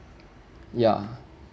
ya